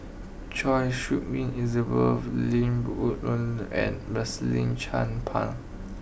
Choy Su Moi Elizabeth Lim and Rosaline Chan Pang